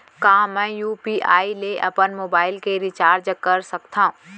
का मैं यू.पी.आई ले अपन मोबाइल के रिचार्ज कर सकथव?